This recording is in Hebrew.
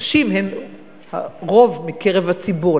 הנשים הן רוב בקרב הציבור.